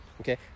okay